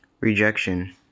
Rejection